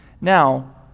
Now